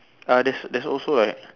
ah there's there's also like